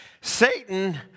Satan